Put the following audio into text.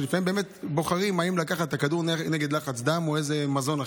לפעמים באמת בוחרים אם לקחת כדור נגד לחץ דם או מזון.